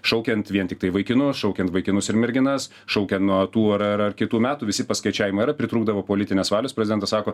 šaukiant vien tiktai vaikinus šaukiant vaikinus ir merginas šaukiant nuo tų ar ar kitų metų visi paskaičiavimai yra pritrūkdavo politinės valios prezidentas sako